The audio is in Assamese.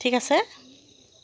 ঠিক আছে